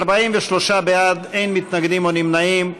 43 בעד, אין מתנגדים או נמנעים.